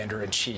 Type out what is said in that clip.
COMMANDER-IN-CHIEF